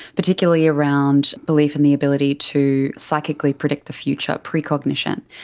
particularly around belief in the ability to psychically predict the future, precognition.